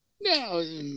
No